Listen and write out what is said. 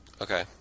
Okay